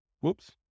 Whoops